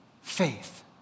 faith